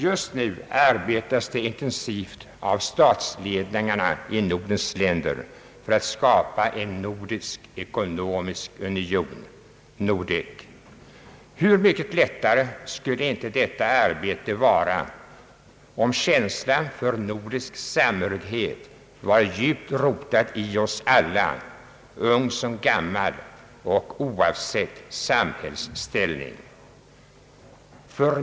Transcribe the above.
Just nu arbetas det intensivt inom statsledningarna i Nordens länder för att skapa en nordisk ekonomisk union, Nordek. Hur mycket lättare skulle inte detta arbete vara om känslan för nordisk samhörighet vore djupt rotad i oss alla, ung som gammal och oavsett samhällsställning.